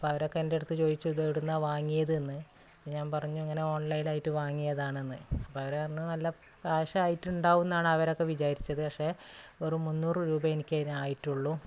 അപ്പോൾ അവരൊക്കെ എൻ്റെയടുത്ത് ചോദിച്ചു ഇതു എവിടുന്ന വാങ്ങിയത് എന്ന് ഞാൻ പറഞ്ഞു ഇങ്ങനെ ഓൺലൈനായിട്ട് വാങ്ങിയതാണെന്ന് അപ്പോൾ അവർ പറഞ്ഞു അല്ല കാശായിട്ടുണ്ടാവും എന്നാണ് അവരൊക്കെ വിചാരിച്ചതു പക്ഷേ വെറും മുന്നൂറ് രൂപേ എനിക്ക് അതിന് ആയിട്ടുള്ളൂ